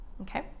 okay